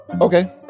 Okay